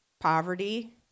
Poverty